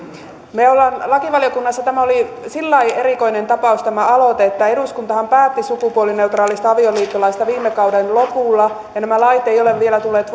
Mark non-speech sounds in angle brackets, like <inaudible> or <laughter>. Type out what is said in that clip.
meillä lakivaliokunnassa tämä aloite oli sillä lailla erikoinen tapaus että eduskuntahan päätti sukupuolineutraalista avioliittolaista viime kauden lopulla ja nämä lait eivät ole vielä tulleet <unintelligible>